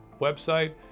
website